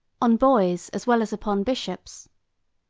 on boys as well as upon bishops.